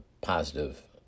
positive